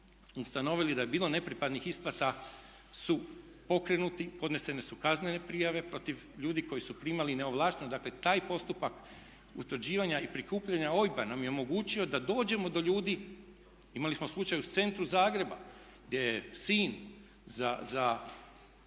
ustanovili da je bilo nepripadnih isplata su pokrenuti, podnesene su kaznene prijave protiv ljudi koji su primali neovlašteno, dakle taj postupak utvrđivanja i prikupljanja OIB-a nam je omogućio da dođemo do ljudi. Imali smo slučaj u centru Zagreba gdje je sin za